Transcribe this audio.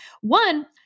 One